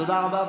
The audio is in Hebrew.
תודה רבה.